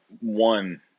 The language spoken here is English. one